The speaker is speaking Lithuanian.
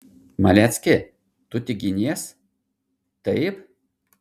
malecki tu tik ginies taip